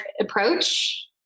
approach